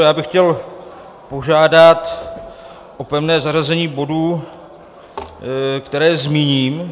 Já bych chtěl požádat o pevné zařazení bodů, které zmíním.